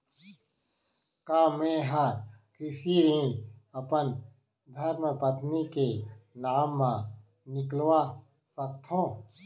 का मैं ह कृषि ऋण अपन धर्मपत्नी के नाम मा निकलवा सकथो?